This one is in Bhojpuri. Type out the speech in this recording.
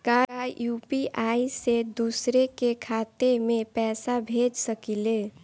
का यू.पी.आई से दूसरे के खाते में पैसा भेज सकी ले?